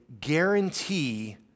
guarantee